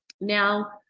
now